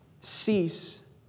cease